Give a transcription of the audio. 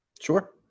Sure